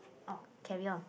orh carry on